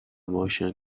motion